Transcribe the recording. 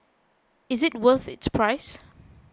is it worth its price